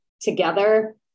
together